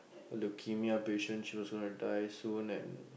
a leukemia patient she was gonna die soon and